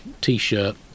t-shirt